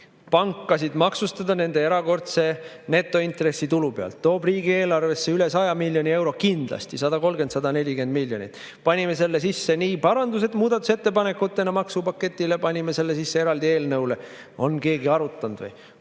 pankasid maksustada nende erakordse netointressitulu pealt. See tooks riigieelarvesse üle 100 miljoni euro kindlasti, 130–140 miljonit. Panime selle sisse muudatusettepanekutena maksupaketi kohta, panime selle sisse eraldi eelnõusse. On keegi arutanud või?